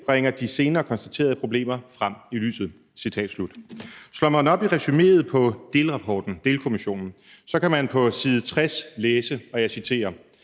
bringer de senere konstaterede problemer frem i lyset. Slår man op i resuméet i delberetningen, kan man på side 60 læse, at fru Inger